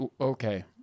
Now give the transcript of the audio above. Okay